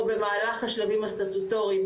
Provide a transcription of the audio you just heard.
או במהלך השלבים הסטטוטוריים,